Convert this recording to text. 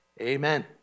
Amen